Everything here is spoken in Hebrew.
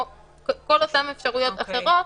כל אותן אפשרויות אחרות,